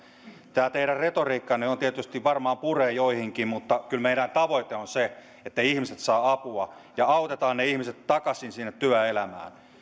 tämä teidän retoriikkanne tietysti varmaan puree joihinkin mutta kyllä meidän tavoitteemme on se että ihmiset saavat apua ja autetaan ne ihmiset takaisin sinne työelämään